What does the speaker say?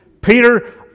Peter